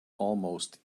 almost